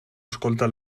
escolta